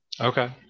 okay